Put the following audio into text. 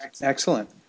Excellent